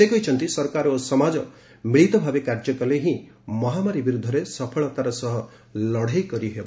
ସେ କହିଛନ୍ତି ସରକାର ଓ ସମାଜ ମିଳିତ ଭାବେ କାର୍ଯ୍ୟ କଲେ ହିଁ ମହାମାରୀ ବିରୁଦ୍ଧରେ ସଫଳତାର ସହ ଲଡ଼େଇ କରିହେବ